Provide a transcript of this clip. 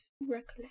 recollect